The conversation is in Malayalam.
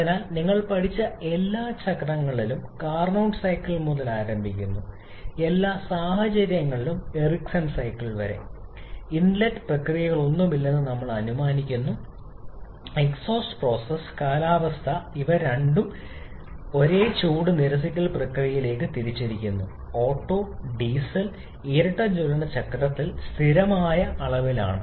അതിനാൽ നിങ്ങൾ പഠിച്ച എല്ലാ ചക്രങ്ങളിലും കാർനോട്ട് സൈക്കിൾ മുതൽ ആരംഭിക്കുന്നു എല്ലാ സാഹചര്യങ്ങളിലും എറിക്സൺ സൈക്കിൾ വരെ ഇൻലെറ്റ് പ്രക്രിയകളൊന്നുമില്ലെന്ന് നമ്മൾ അനുമാനിക്കുന്നു എക്സ്ഹോസ്റ്റ് പ്രോസസ്സ് കാലാവസ്ഥ ഇവ രണ്ടും സിംഗിൾ ചൂട് നിരസിക്കൽ പ്രക്രിയയിലേക്ക് തിരിച്ചിരിക്കുന്നു ഓട്ടോ ഡീസൽ ഇരട്ട ജ്വലന ചക്രത്തിൽ സ്ഥിരമായ അളവിലാണ്